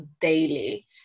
daily